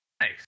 Nice